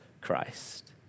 Christ